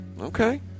Okay